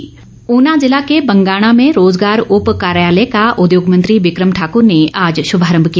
बिक्रम ठाकुर ऊना ज़िला के बंगाणा में रोजगार उप कार्यालय का उद्योग मंत्री बिक्रम ठाकुर ने आज शुभारंभ किया